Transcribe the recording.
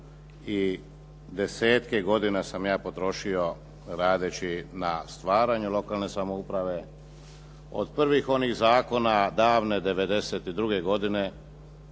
i desetke godina sam ja potrošio radeći na stvaranju lokalne samouprave od prvih onih zakona davne '92. godine